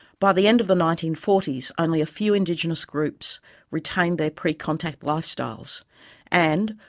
by the end of the nineteen forty s, only a few indigenous groups retained their pre-contact lifestyles and,